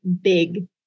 big